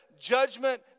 judgment